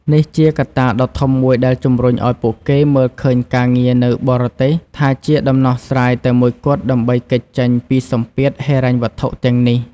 នេះជាកត្តាដ៏ធំមួយដែលជំរុញឱ្យពួកគេមើលឃើញការងារនៅបរទេសថាជាដំណោះស្រាយតែមួយគត់ដើម្បីគេចចេញពីសម្ពាធហិរញ្ញវត្ថុទាំងនេះ។